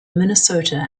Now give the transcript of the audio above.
minnesota